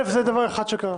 א', זה דבר אחד שקרה.